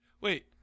Wait